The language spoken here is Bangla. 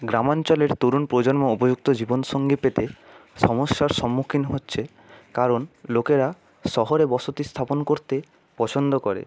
গ্রামাঞ্চলের তরুণ প্রজন্ম উপযুক্ত জীবনসঙ্গী পেতে সমস্যার সম্মুখীন হচ্ছে কারণ লোকেরা শহরে বসতি স্থাপন করতে পছন্দ করে